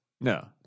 No